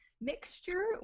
mixture